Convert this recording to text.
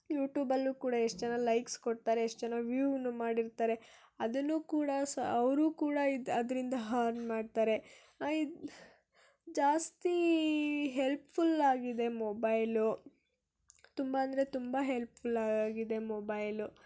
ಯೂಟೂಬಲ್ಲೂ ಕೂಡ ಎಷ್ಟು ಜನ ಲೈಕ್ಸ್ ಕೊಡ್ತಾರೆ ಎಷ್ಟು ಜನ ವ್ಯೂವನ್ನೂ ಮಾಡಿರ್ತಾರೆ ಅದನ್ನೂ ಕೂಡ ಸ ಅವರೂ ಕೂಡ ಇದು ಅದರಿಂದ ಹರ್ನ್ ಮಾಡ್ತಾರೆ ಇದು ಜಾಸ್ತಿ ಹೆಲ್ಪ್ಫುಲ್ ಆಗಿದೆ ಮೊಬೈಲು ತುಂಬ ಅಂದರೆ ತುಂಬ ಹೆಲ್ಪ್ಫುಲ್ ಆಗಿದೆ ಮೊಬೈಲು